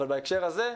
בהקשר הזה,